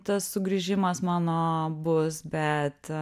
tas sugrįžimas mano bus bet